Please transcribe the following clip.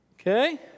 Okay